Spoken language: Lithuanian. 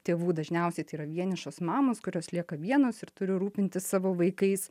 tėvų dažniausiai tai yra vienišos mamos kurios lieka vienos ir turi rūpintis savo vaikais